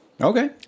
Okay